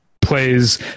plays